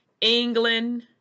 England